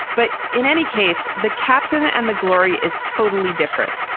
but in any case, the captain and the glory is totally different.